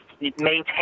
maintain